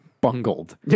bungled